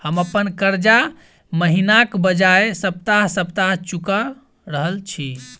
हम अप्पन कर्जा महिनाक बजाय सप्ताह सप्ताह चुका रहल छि